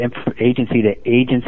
agency-to-agency